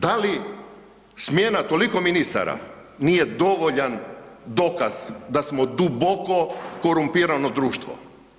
Da li smjena toliko ministara nije dovoljan dokaz da smo duboko korumpirano društvo?